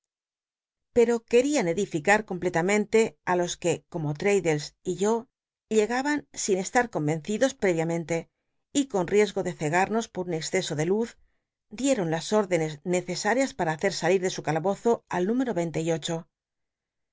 uerian cdincar co mpletamente fi los que l'radd lcs y yo llegaban siu estar corwcncidos préviamente y con rie go de ccgal'llos por un esceso de luz dieron las órdenes necesarias pam hacer salir de su calabozo número veinte y ocho